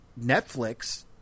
Netflix